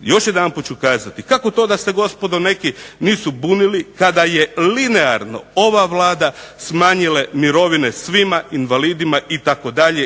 Još jedanput ću kazati kako to da se gospodo neki nisu bunili kada je linearno ova Vlada smanjila mirovine svima, invalidima itd.,